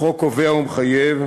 החוק קובע ומחייב,